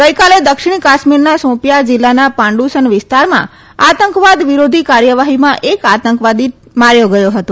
ગઈકાલે દક્ષીણ કાશ્મીરના શોપિયા જીલ્લાના પાંડુસન વિસ્તારમાં આતંકવાદી વિરોધી કાર્યવાહીમાં એક આતંકવાદી માર્યો ગયો હતો